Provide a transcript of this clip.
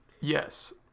Yes